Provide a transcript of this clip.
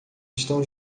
estão